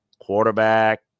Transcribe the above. quarterback